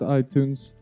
iTunes